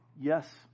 Yes